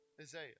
Isaiah